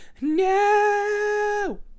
No